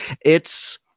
It's-